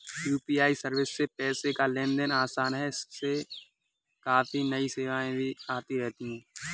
UPI service से पैसे का लेन देन आसान है इसमें काफी नई सेवाएं भी आती रहती हैं